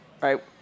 right